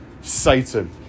Satan